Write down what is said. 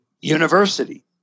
University